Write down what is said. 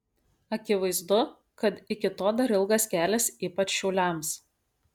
akivaizdu kad iki to dar ilgas kelias ypač šiauliams